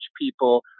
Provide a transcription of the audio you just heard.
people